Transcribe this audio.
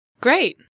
Great